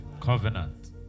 covenant